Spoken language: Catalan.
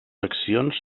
accions